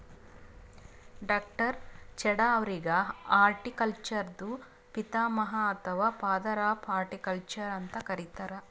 ಡಾ.ಚಢಾ ಅವ್ರಿಗ್ ಹಾರ್ಟಿಕಲ್ಚರ್ದು ಪಿತಾಮಹ ಅಥವಾ ಫಾದರ್ ಆಫ್ ಹಾರ್ಟಿಕಲ್ಚರ್ ಅಂತ್ ಕರಿತಾರ್